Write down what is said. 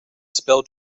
spell